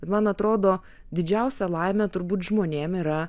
man atrodo didžiausia laimė turbūt žmonėm yra